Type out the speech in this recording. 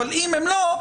אבל אם לא,